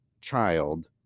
child